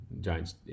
Giants